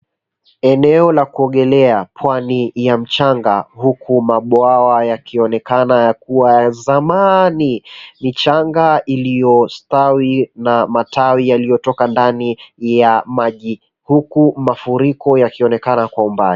Eneo la kuogelea pwani ya mchanga. Huku mabwawa yakionekana kuwa ya zamani. Michanga iliyostawi na matawi yaliyo toka ndani ya maji. Huku mafuriko yakionekana kwa umbali.